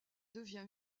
devient